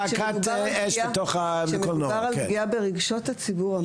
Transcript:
כשמדובר על פגיעה ברגשות הציבור,